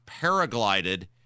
paraglided